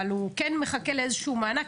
אבל הוא כן מחכה לאיזשהו מענק,